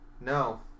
No